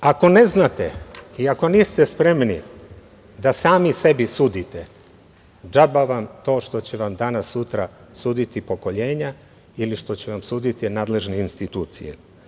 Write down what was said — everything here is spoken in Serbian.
Ako ne znate i ako niste spremni da sami sebi sudite, džaba vam to što će vam danas-sutra suditi pokoljenja ili što će vam suditi nadležne institucije.